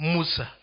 Musa